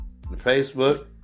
Facebook